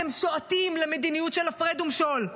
אתם שועטים למדיניות של הפרד ומשול.